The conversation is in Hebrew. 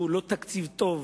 שהוא לא תקציב טוב,